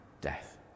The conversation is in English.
death